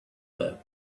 there